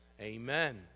Amen